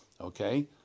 okay